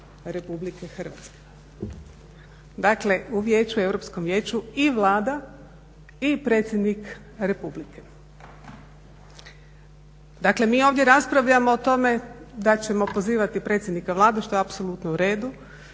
Republike Hrvatske.". Dakle, u vijeću, Europskom vijeću i Vlada i predsjednik Republike. Dakle, mi ovdje raspravljamo o tome da ćemo pozivati predsjednika Vlade što je apsolutno u redu,